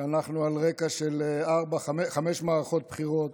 שאנחנו על רקע של חמש מערכות בחירות,